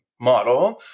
model